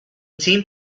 team